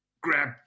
grab